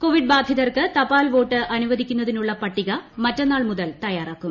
Covid ബാധിതർക്ക് തപ്പാൽ vote ന് അനുവദിക്കുന്നതിനൂള്ള പട്ടിക മറ്റന്നാൾ മുതൽ തയാറാക്കും